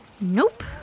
Nope